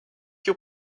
your